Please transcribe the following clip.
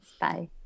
Bye